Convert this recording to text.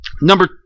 Number